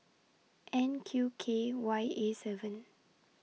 N Q K Y A seven